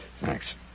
Thanks